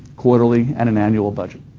quarterly, and an annual budget.